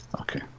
Okay